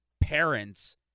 parents –